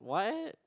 what